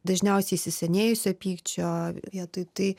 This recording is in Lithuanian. dažniausiai įsisenėjusio pykčio vietoj tai